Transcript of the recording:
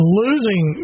losing